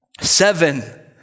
Seven